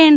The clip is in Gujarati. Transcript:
એન